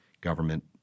government